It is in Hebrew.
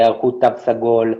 היערכות תו סגול,